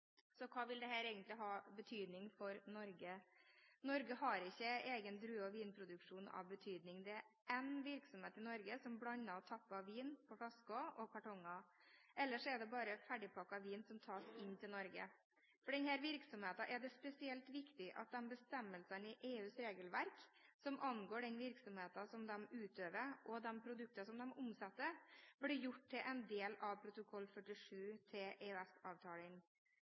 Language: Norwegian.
Hva vil dette egentlig ha av betydning for Norge? Norge har ikke en egen drue- og vinproduksjon av betydning. Det er én virksomhet i Norge som blander og tapper vin på flasker og kartonger. Ellers er det bare ferdigpakket vin som tas inn til Norge. For denne virksomheten er det spesielt viktig at de bestemmelsene i EUs regelverk som angår den virksomheten som de utøver, og de produkter som de omsetter, blir gjort til en del av protokoll 47 til